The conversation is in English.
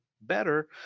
better